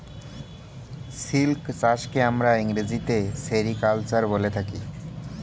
silk চাষকে আমরা ইংরেজিতে সেরিকালচার বলে থাকি